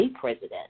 president